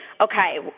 okay